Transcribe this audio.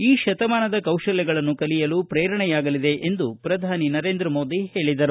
ಈ ಶತಮಾನದ ಕೌಶಲ್ಯಗಳನ್ನು ಕಲಿಯಲು ಪ್ರೇರಣೆಯಾಗಲಿದೆ ಎಂದು ಪ್ರಧಾನಿ ನರೇಂದ್ರ ಮೋದಿ ಹೇಳಿದರು